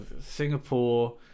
Singapore